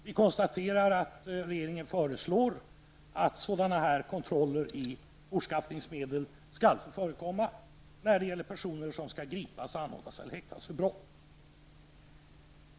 Vi konstaterar att regeringen föreslår att sådana här kontroller i fortskaffningsmedel skall få förekomma när det gäller personer som skall gripas och anhålls eller häktas för brott.